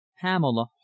Pamela